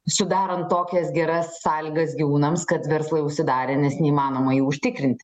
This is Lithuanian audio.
sudarant tokias geras sąlygas gyvūnams kad verslai užsidarė nes neįmanoma jų užtikrint